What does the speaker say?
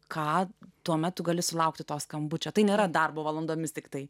ką tuo metu gali sulaukti to skambučio tai nėra darbo valandomis tiktai